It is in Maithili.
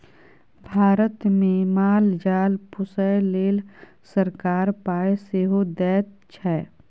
भारतमे माल जाल पोसय लेल सरकार पाय सेहो दैत छै